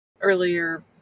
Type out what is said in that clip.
earlier